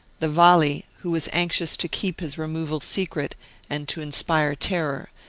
the vali, who was anxious to keep his removal secret and to inspire terror,